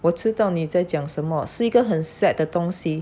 我知道你在讲什么是一个很 sad 的东西